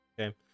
Okay